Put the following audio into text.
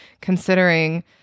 considering